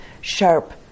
sharp